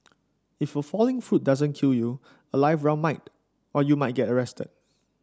if the falling fruit doesn't kill you a live round might or you might get arrested